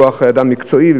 בכוח-אדם מקצועי,